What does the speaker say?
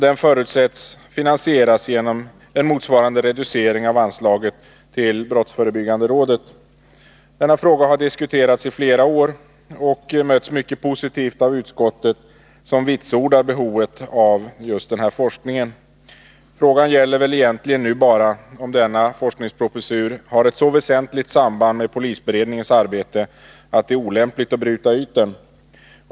Den förutsätts finansieras genom en motsvarande reducering av anslaget till brottsförebyggande rådet. Frågan har diskuterats i flera år och bemötts mycket positivt av utskottet, som vitsordat behovet av just denna forskning. Frågan gäller väl egentligen nu bara om denna forskningsprofessur har ett så väsentligt samband med polisberedningens arbete att det är olämpligt att bryta ut den.